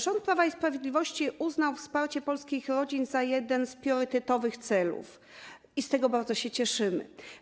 Rząd Prawa i Sprawiedliwości uznał wsparcie polskich rodzin za jeden z priorytetowych celów i bardzo się z tego cieszymy.